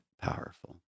powerful